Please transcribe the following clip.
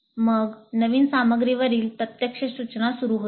मग नवीन सामग्रीवरील प्रत्यक्ष सूचना सुरू होते